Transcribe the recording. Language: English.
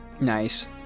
Nice